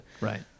right